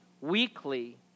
weekly